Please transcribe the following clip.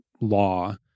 law